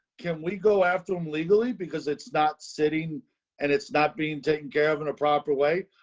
can we go after them, legally, because it's not sitting and it's not being taken care of in a proper way.